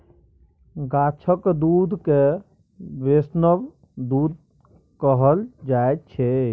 गाछक दुध केँ बैष्णव दुध कहल जाइ छै